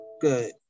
Good